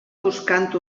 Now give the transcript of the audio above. buscant